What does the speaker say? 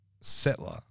Settler